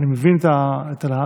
אני מבין את הלהט,